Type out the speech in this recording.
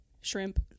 shrimp